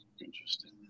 Interesting